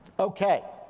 okay,